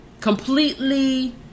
completely